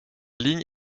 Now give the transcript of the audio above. ligne